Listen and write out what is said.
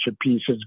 pieces